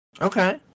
okay